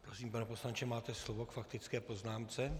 Prosím, pane poslanče, máte slovo k faktické poznámce.